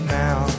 now